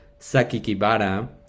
Sakikibara